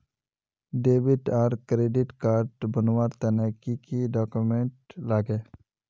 Debit आर credit card बनवार तने की की डॉक्यूमेंट लागे?